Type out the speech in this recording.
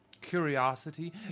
curiosity